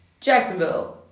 Jacksonville